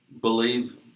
believe